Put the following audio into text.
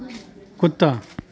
कुत्ता